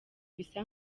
bisa